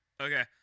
Okay